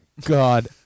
God